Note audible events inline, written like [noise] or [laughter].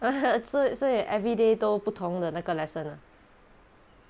[laughs] so so you everyday 都不同的那个 lesson ah